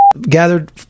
gathered